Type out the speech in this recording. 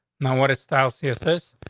no. what? its style sees this.